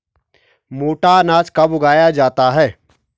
मोटा अनाज कब उगाया जाता है?